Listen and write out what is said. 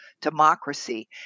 democracy